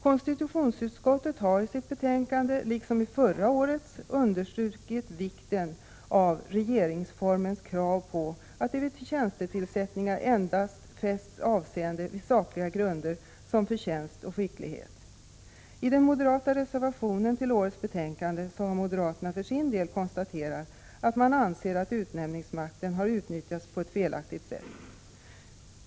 Konstitutionsutskottet har i år i sitt betänkande liksom i förra årets understrukit vikten av regeringsformens krav på att det vid tjänstetillsättningar endast fästs avseende vid sakliga grunder såsom förtjänst och skicklighet. I den moderata reservationen till årets betänkande har moderaterna för sin del konstaterat att de anser att utnämningsmakten har utnyttjats på ett felaktigt sätt.